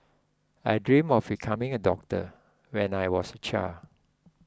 I dream of becoming a doctor when I was a child